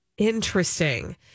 Interesting